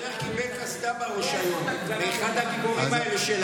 שוטר קיבל קסדה בראש היום מאחד הגיבורים האלה שלהם.